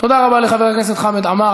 תודה רבה לחבר הכנסת חמד עמאר.